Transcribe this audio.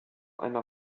einer